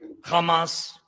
Hamas